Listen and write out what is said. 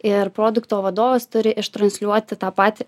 ir produkto vadovas turi iš transliuoti tą patį